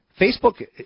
Facebook